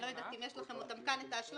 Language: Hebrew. אני לא יודעת אם יש לכם כאן את ההשלמות,